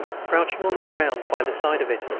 crouching on the ground by the side of it,